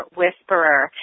whisperer